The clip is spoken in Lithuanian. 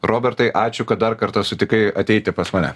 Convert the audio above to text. robertai ačiū kad dar kartą sutikai ateiti pas mane